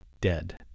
dead